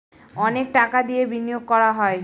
অনেক টাকা দিয়ে বিনিয়োগ করা হয়